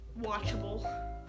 Watchable